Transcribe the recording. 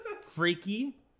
Freaky